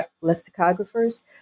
lexicographers